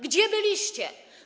Gdzie byliście?